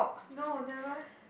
no never